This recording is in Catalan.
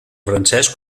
francès